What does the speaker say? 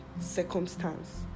circumstance